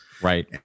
Right